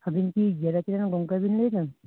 ᱟᱵᱤᱱ ᱠᱤ ᱜᱮᱨᱮᱡ ᱨᱮᱱ ᱜᱚᱝᱠᱮ ᱵᱤᱱ ᱞᱟᱹᱭ ᱮᱫᱟ